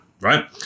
right